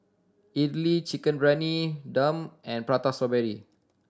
idly Chicken Briyani Dum and Prata Strawberry